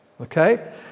Okay